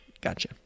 gotcha